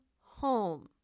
home